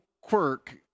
quirk